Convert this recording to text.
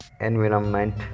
environment